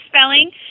spelling